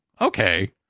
Okay